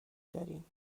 داریم